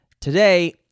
Today